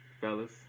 fellas